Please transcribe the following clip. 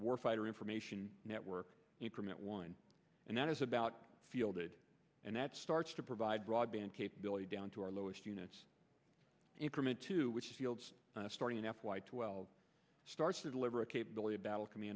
war fighter information network increment one and that is about fielded and that starts to provide broadband capability down to our lowest units increment to which field starting in f y twelve starts to deliver a capability ba